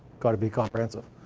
gotta be comprehensive.